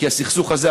כי הסכסוך הזה,